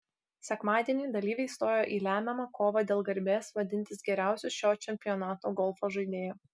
sekmadienį dalyviai stojo į lemiamą kovą dėl garbės vadintis geriausiu šio čempionato golfo žaidėju